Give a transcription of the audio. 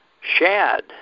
Shad